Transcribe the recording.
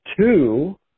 two